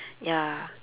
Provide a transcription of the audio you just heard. ya